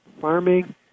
farming